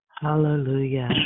Hallelujah